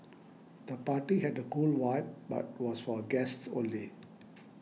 the party had a cool vibe but was for guests only